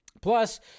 Plus